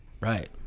Right